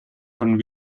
von